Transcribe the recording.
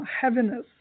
heaviness